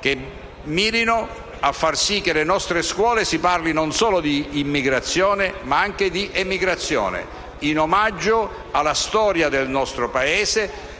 che mirano a far sì che nelle nostre scuole si parli non solo di immigrazione ma anche di emigrazione, in omaggio alla storia del nostro Paese,